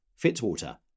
Fitzwater